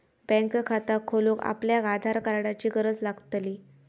bank खाता खोलूक आपल्याक आधार कार्डाची गरज लागतली